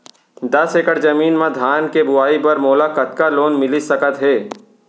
दस एकड़ जमीन मा धान के बुआई बर मोला कतका लोन मिलिस सकत हे?